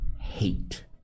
hate